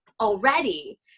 already